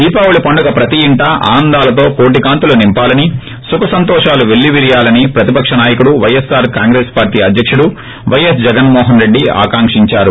దీపావళి పండుగ ప్రతి ఇంటా ఆనందాలతో కోటి కాంతులు నింపాలని సుఖ సంతోషాలు పెల్లివిరియాలని ప్రతిపక్ష నాయకుడు వైఎస్పార్ కాంగ్రెస్ పార్టీ అధ్యక్తుడు వైఎస్ జగన్మోహన్ రెడ్డి ఆకాంకించారు